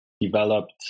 developed